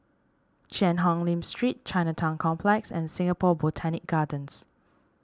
Cheang Hong Lim Street Chinatown Complex and Singapore Botanic Gardens